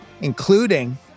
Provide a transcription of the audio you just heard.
including